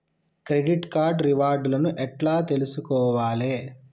Credit card reward లను ఎట్ల తెలుసుకోవాలే?